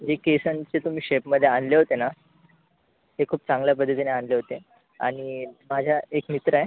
जी केसांचे तुम्ही शेपमध्ये आणले होते ना ते खूप चांगल्या पद्धतीने आणले होते आणि माझ्या एक मित्र आहे